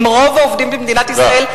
עם רוב העובדים במדינת ישראל,